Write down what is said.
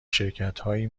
شرکتهایی